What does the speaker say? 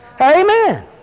Amen